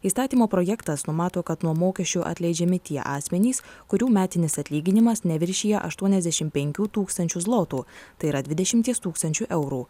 įstatymo projektas numato kad nuo mokesčių atleidžiami tie asmenys kurių metinis atlyginimas neviršija aštuoniasdešim penkių tūkstančių zlotų tai yra dvidešimties tūkstančių eurų